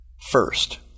first